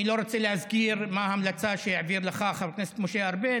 אני לא רוצה להזכיר מה ההמלצה שהעביר לך חבר הכנסת משה ארבל,